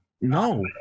no